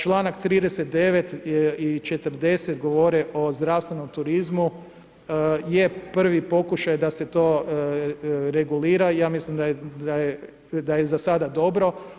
Članak 39. i 40 govore o zdravstvenom turizmu jer prvi pokušaj da se to regulira i ja mislim da je za sada dobro.